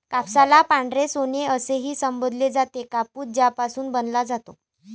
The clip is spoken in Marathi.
कापसाला पांढरे सोने असेही संबोधले जाते, कापूस यापासून बनवला जातो